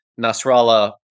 Nasrallah